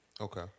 Okay